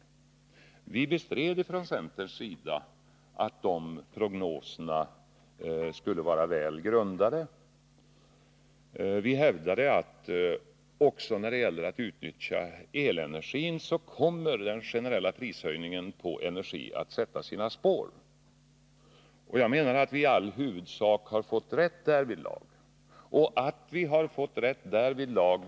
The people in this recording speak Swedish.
Vi från centern bestred att dessa prognoser var väl grundade. Vi hävdade också att den generella prishöjningen på energi skulle komma att sätta sina spår. Jag anser att vi har fått rätt därvidlag.